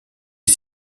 est